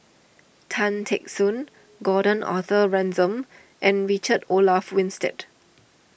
Tan Teck Soon Gordon Arthur Ransome and Richard Olaf Winstedt